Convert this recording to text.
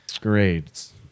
Grades